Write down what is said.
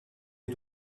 est